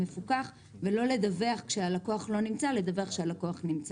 הוא מפוקח ולא לדווח כשהלקוח לא נמצא שהוא נמצא.